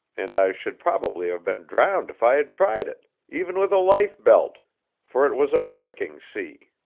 and i should probably have been drowned if i had tried it, even with a life-belt for it was a breaking sea.